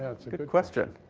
that's a good question.